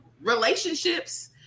relationships